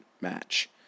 match